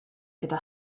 gyda